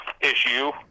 issue